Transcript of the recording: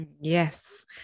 Yes